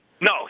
No